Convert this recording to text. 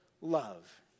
love